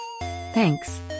Thanks